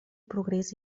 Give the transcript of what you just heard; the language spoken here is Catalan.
progrés